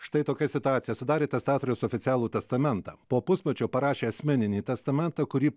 štai tokia situacija sudarė testatoriaus oficialų testamentą po pusmečio parašė asmeninį testamentą kurį